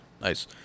Nice